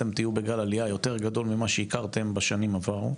אתם תהיו בגל עלייה יותר גדול ממה שהכרתם בשנים עברו,